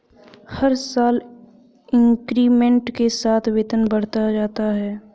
हर साल इंक्रीमेंट के साथ वेतन बढ़ता जाता है